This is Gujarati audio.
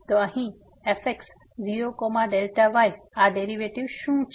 તો અહીં fx0Δy આ ડેરીવેટીવ શું છે